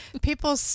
people